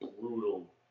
brutal